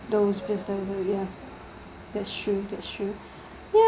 those there ya that's true that's true